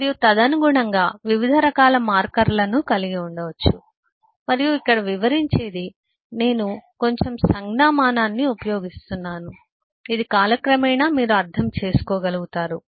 మరియు తదనుగుణంగా వివిధ రకాల మార్కర్లను కలిగి ఉండవచ్చు మరియు ఇక్కడ వివరించేది నేను అంటే కొంచెం సంజ్ఞామానాన్ని ఉపయోగిస్తున్నాను ఇది కాలక్రమేణా మీరు అర్థం చేసుకోగలుగుతారు